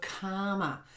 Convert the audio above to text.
calmer